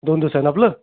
दोन दिवस आहे ना आपलं